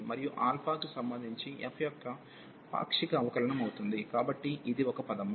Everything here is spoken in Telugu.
మరియు కి సంబంధించి f యొక్క పాక్షిక అవకలనం అవుతుంది కాబట్టి ఇది ఒక పదము